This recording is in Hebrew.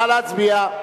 נא להצביע.